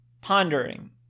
pondering